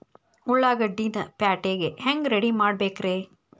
ಉಳ್ಳಾಗಡ್ಡಿನ ಪ್ಯಾಟಿಗೆ ಹ್ಯಾಂಗ ರೆಡಿಮಾಡಬೇಕ್ರೇ?